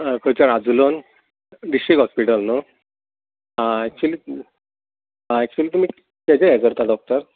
खंयसर आझिलोन district hospital न्हय आं एक्चुली तुमी खंयसर हें करता डॉक्टर